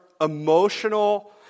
emotional